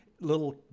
Little